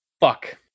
fuck